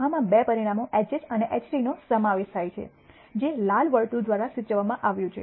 આમાં બે પરિણામો HH અને HTનો સમાવેશ થાય છે જે આ લાલ વર્તુળ દ્વારા સૂચવવામાં આવે છે